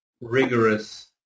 rigorous